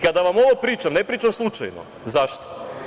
Kada vam ovo pričam, ne pričam slučajno, zašto?